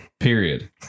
Period